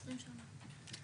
זאת אומרת,